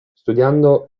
studiando